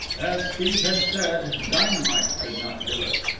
as steve had said, dynamite could not do it.